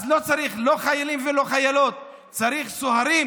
אז לא צריך לא חיילים ולא חיילות, צריך סוהרים.